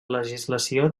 legislació